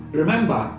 remember